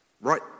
right